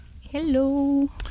Hello